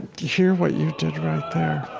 hear what you did right there?